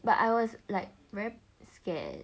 but I was like very scared